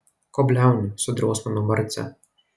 ko bliauni sudrausmino marcę